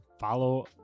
follow